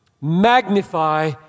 magnify